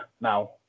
Now